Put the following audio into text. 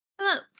Hello